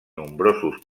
nombrosos